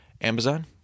Amazon